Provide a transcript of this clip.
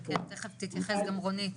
כן, תכף תתייחס גם רונית.